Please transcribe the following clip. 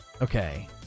Okay